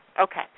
Okay